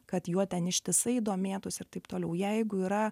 kad juo ten ištisai domėtųsi ir taip toliau jeigu yra